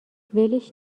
ولش